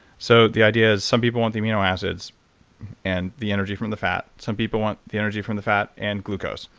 so the idea is some people want the amino acids and the energy from the fat. some people want the energy from the fat and glucose.